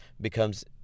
becomes